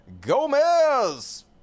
Gomez